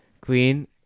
queen